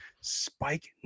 spike